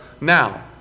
now